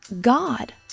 God